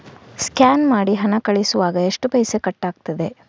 Scan ಮಾಡಿ ಹಣ ಕಳಿಸುವಾಗ ಎಷ್ಟು ಪೈಸೆ ಕಟ್ಟಾಗ್ತದೆ?